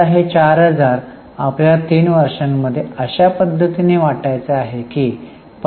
आता हे 4000 आपल्याला तीन वर्षांमध्ये अशा पद्धतीने वाटायचे आहेत